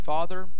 Father